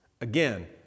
Again